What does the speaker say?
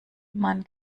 man